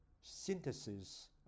synthesis